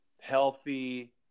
healthy